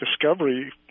discovery